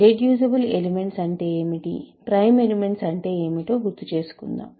irreducible elements అంటే ఏమిటి prime elements అంటే ఏమిటో గుర్తుచేసుకుందాం